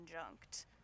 conjunct